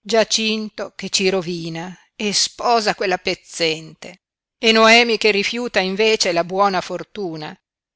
giacinto che ci rovina e sposa quella pezzente e noemi che rifiuta invece la buona fortuna